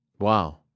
Wow